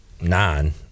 nine